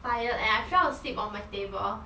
tired and I fell asleep on my table